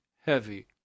heavy